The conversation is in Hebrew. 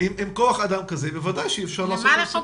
עם כוח אדם כזה, בוודאי שאי אפשר לעשות פיקוח.